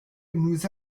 nous